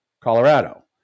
Colorado